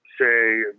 say